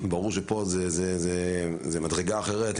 ברור שפה זה מדרגה אחרת.